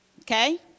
Okay